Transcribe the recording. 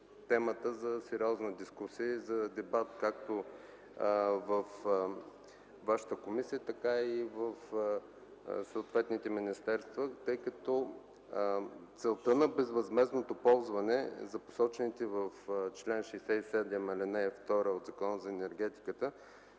за сериозна дискусия и за дебат както във Вашата комисия, така и в съответните министерства, тъй като безвъзмездното ползване за посочените в чл. 67, ал. 2 от Закона за енергетиката